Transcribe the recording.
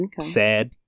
sad